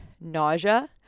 nausea